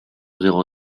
zéro